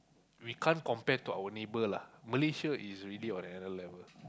we can't compare to our neighbour lah Malaysia is really on another level